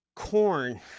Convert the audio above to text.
Corn